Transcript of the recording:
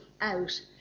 out